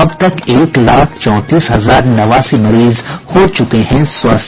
अब तक एक लाख चौंतीस हजार नवासी मरीज हो चुके हैं स्वस्थ